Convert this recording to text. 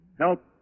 help